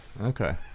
Okay